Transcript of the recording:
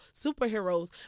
superheroes